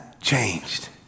changed